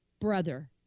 brother